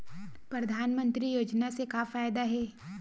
परधानमंतरी योजना से का फ़ायदा हे?